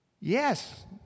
Yes